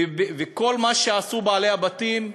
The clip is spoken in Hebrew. וכל מה שעשו בעלי הבתים,